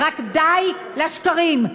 רק די לשקרים.